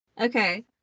Okay